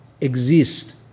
exist